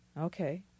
Okay